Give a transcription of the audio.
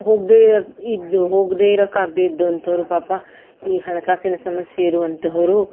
ಹೋಗದೇ ಇದ್ದು ಹೋಗದೇ ಇರಕ್ಕೆ ಆಗದೇ ಇದ್ದಂಥವ್ರು ಪಾಪ ಈ ಹಣಕಾಸಿನ ಸಮಸ್ಯೆ ಇರುವಂಥವರು